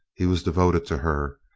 he was devoted to her,